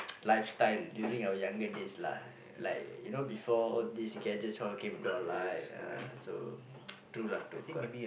lifestyle during our younger days lah like you know before all these gadgets all came into our life ah so true lah true correct